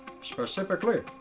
specifically